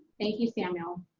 thank you samuel.